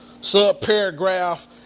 subparagraph